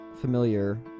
familiar